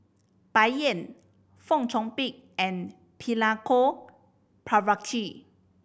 Bai Yan Fong Chong Pik and Milenko Prvacki